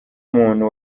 umuntu